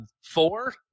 four